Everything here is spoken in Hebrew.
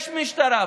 יש משטרה,